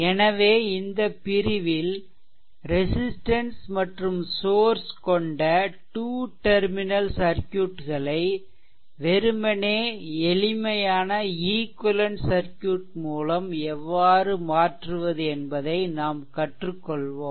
எனவே இந்தப் பிரிவில் ரெசிஸ்ட்டன்ஸ் மற்றும் சோர்ஸ் கொண்ட டூ டெர்மினல் சர்க்யூட்களை வெறுமனே எளிமையான ஈக்வெலென்ட் சர்க்யூட் மூலம் எவ்வாறு மாற்றுவது என்பதை நாம் கற்றுக்கொள்வோம்